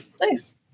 nice